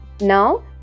Now